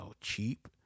cheap